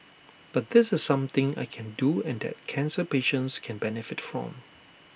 but this is something I can do and that cancer patients can benefit from